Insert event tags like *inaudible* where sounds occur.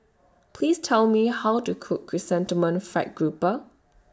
*noise* Please Tell Me How to Cook Chrysanthemum Fried Grouper